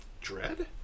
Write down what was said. Dread